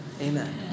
Amen